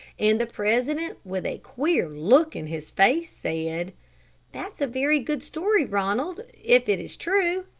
and the president, with a queer look in his face, said, that's a very good story, ronald if it is true.